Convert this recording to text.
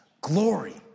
Glory